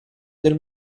del